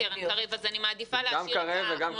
קרן קרב ולכן אני מעדיפה להשאיר אותם.